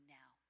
now